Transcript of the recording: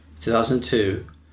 2002